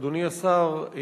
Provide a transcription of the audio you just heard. אדוני השר,